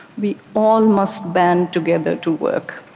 we all must band together to work.